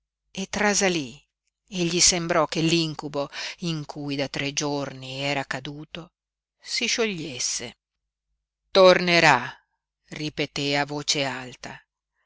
e trasalí e gli sembrò che l'incubo in cui da tre giorni era caduto si sciogliesse tornerà ripeté a voce alta